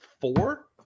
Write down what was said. four